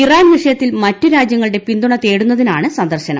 Iran വിഷയത്തിൽ മറ്റു രാജ്യങ്ങളുടെ പിന്തുണ തേടുന്നതിനാണ് സന്ദർശനം